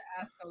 ask